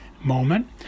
moment